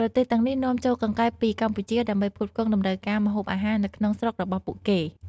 ប្រទេសទាំងនេះនាំចូលកង្កែបពីកម្ពុជាដើម្បីផ្គត់ផ្គង់តម្រូវការម្ហូបអាហារនៅក្នុងស្រុករបស់ពួកគេ។